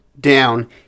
down